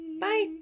Bye